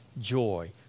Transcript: joy